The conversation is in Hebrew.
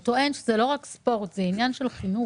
הוא טוען שזה לא רק ספורט אלא זה עניין של חינוך.